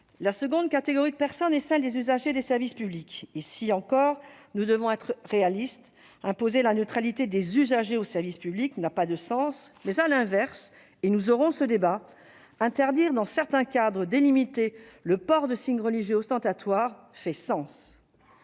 La seconde catégorie de personnes est celle des usagers des services publics. Ici encore, nous devons être réalistes. Imposer une neutralité des usagers du service public n'a pas de sens. À l'inverse, et nous aurons ce débat, interdire, dans certains cadres délimités, le port de signes religieux ostentatoires semble